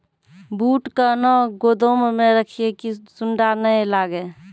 बूट कहना गोदाम मे रखिए की सुंडा नए लागे?